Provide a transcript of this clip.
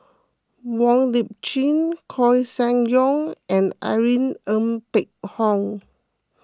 Wong Lip Chin Koeh Sia Yong and Irene Ng Phek Hoong